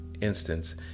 instance